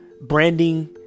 branding